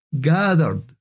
gathered